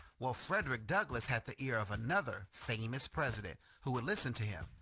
well frederick douglass had the ear of another famous president who would listen to him.